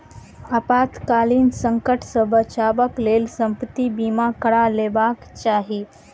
आपातकालीन संकट सॅ बचावक लेल संपत्ति बीमा करा लेबाक चाही